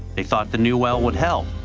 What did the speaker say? they thought the new well, would help,